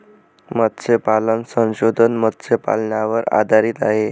मत्स्यपालन संशोधन मत्स्यपालनावर आधारित आहे